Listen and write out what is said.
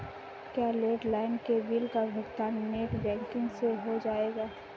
क्या लैंडलाइन के बिल का भुगतान नेट बैंकिंग से हो जाएगा?